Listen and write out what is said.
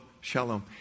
shalom